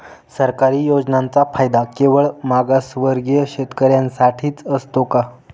सरकारी योजनांचा फायदा केवळ मागासवर्गीय शेतकऱ्यांसाठीच असतो का?